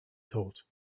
thought